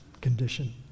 condition